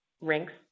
rinks